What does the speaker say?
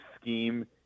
scheme